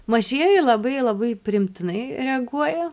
mažieji labai labai priimtinai reaguoja